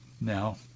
now